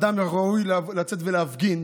אדם ראוי לצאת ולהפגין,